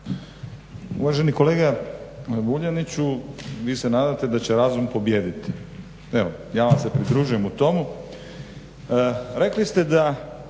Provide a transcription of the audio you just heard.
Uvaženi kolega Vuljaniću vi se nadate da će razum pobijediti. Evo, ja vam se pridružujem u tome. Rekli ste da